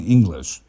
English